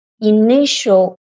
initial